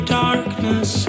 darkness